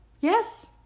Yes